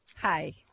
Hi